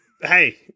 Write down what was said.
Hey